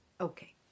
Okay